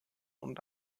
und